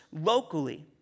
locally